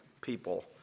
people